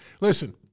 Listen